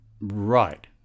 Right